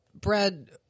Brad